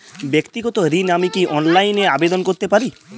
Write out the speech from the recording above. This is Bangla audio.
ব্যাক্তিগত ঋণ আমি কি অনলাইন এ আবেদন করতে পারি?